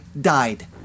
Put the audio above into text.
died